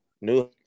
new